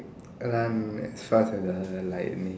run as fast as lightning